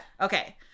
Okay